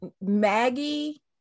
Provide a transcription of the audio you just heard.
Maggie